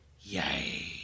Yay